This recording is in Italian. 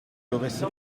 dovesse